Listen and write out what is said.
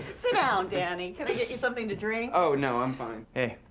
sit down, danny. can i get you something to drink? oh, no i'm fine. hey,